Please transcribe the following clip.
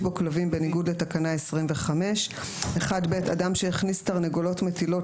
בו כלובים בניגוד לתקנה 25. (1ב)אדם שהכניס תרנגולות מטילות